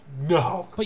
no